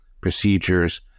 procedures